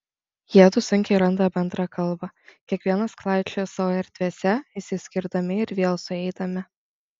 jiedu sunkiai randa bendrą kalbą kiekvienas klaidžioja savo erdvėse išsiskirdami ir vėl sueidami